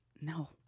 No